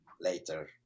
later